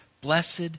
Blessed